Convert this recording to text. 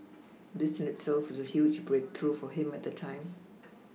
this in itself was a huge breakthrough for him at the time